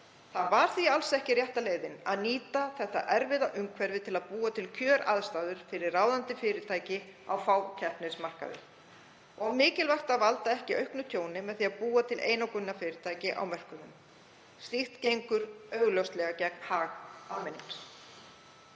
Það var því alls ekki rétta leiðin að nýta þetta erfiða umhverfi til að búa til kjöraðstæður fyrir ráðandi fyrirtæki á fákeppnismarkaði og mikilvægt að valda ekki auknu tjóni með því að búa til einokunarfyrirtæki á mörkuðunum. Slíkt gengur augljóslega gegn hag almennings.